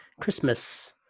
Christmas